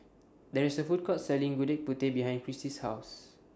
There IS A Food Court Selling Gudeg Putih behind Crissy's House